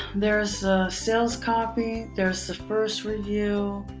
there's a sales copy. there's the first review.